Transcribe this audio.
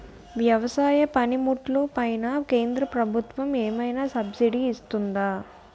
వ్యవసాయ పనిముట్లు పైన కేంద్రప్రభుత్వం ఏమైనా సబ్సిడీ ఇస్తుందా?